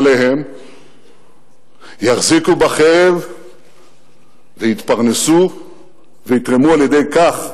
יחזיקו בחרב ויתפרנסו ויתרמו על-ידי כך